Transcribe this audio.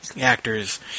actors